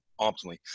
optimally